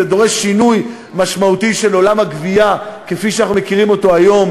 זה דורש שינוי משמעותי של עולם הגבייה כפי שאנחנו מכירים אותו היום